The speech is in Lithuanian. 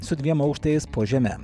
su dviem aukštais po žeme